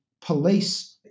police